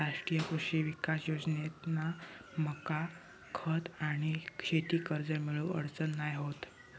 राष्ट्रीय कृषी विकास योजनेतना मका खत आणि शेती कर्ज मिळुक अडचण नाय होत